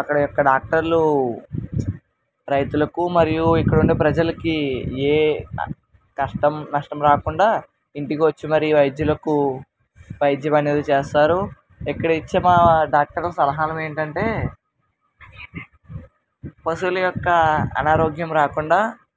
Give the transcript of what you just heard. అక్కడి యొక్క డాక్టర్లు రైతులకు మరియు ఇక్కడ ఉండే ప్రజలకు ఏ కష్టం నష్టం రాకుండా ఇంటికి వచ్చి మరీ వైద్యులకు వైద్యం అనేది చేస్తారు ఇక్కడ ఇచ్చిన డాక్టర్లు సలహాలు ఏంటంటే పశువుల యొక్క అనారోగ్యం రాకుండా